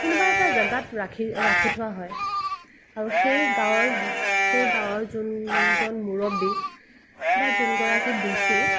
কোনোবা এটা জেগাত ৰাখি ৰাখি থোৱা হয় আৰু সেই গাঁৱৰ সেই গাঁৱৰ যোনজন মুৰব্বী বা যোনগৰাকী ডি চি